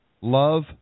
Love